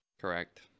Correct